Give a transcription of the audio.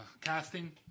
casting